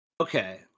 Okay